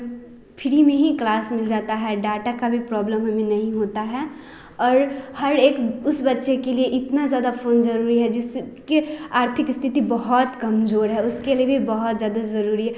free में ही class मिल जाता है डाटा का भी प्रॉब्लम हमें नहीं होता है और हर एक बच्चे उसे बच्चों के लिए इतना ज़्यादा फ़ोन ज़रूरी है जिसकी आर्थिक स्थिति बहुत कमज़ोर है उसके लिए भी बहुत ज़्यादा ज़रूरी है